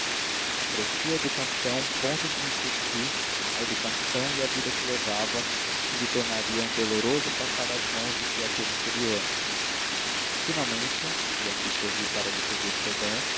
a educação ponto em que insisti a educação e a vida que levava e que lhe tornariam doloroso passar às mãos de criatura inferior finalmente e aqui sorri para lhe pedir perdão